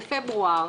בפברואר,